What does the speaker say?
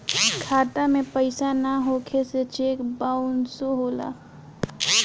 खाता में पइसा ना होखे से चेक बाउंसो होला